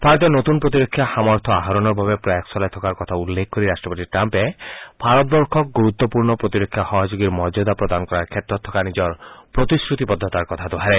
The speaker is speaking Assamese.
ভাৰতে নতুন প্ৰতিৰক্ষা সামৰ্থ আহৰণৰ বাবে প্ৰয়াস চলাই থকাৰ কথা উল্লেখ কৰি ৰাট্টপতি ট্ৰাম্পে ভাৰতবৰ্ষক গুৰুত্বপূৰ্ণ প্ৰতিৰক্ষা সহযোগীৰ মৰ্যাদা প্ৰদান কৰাৰ ক্ষেত্ৰত থকা নিজৰ প্ৰতিশ্ৰুতিবদ্ধতাৰ কথা দোহাৰে